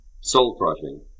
soul-crushing